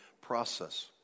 process